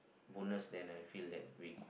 bonus then I feel that we